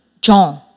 John